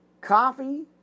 Coffee